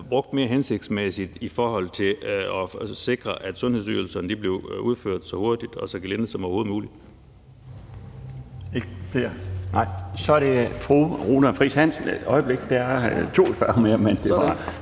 brugt mere hensigtsmæssigt i forhold til at sikre, at sundhedsydelserne blev udført så hurtigt og så gelinde som overhovedet muligt.